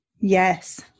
Yes